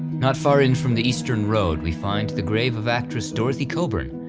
not far in from the eastern road we find the grave of actress dorothy coburn,